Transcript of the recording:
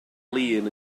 lin